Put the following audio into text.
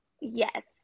Yes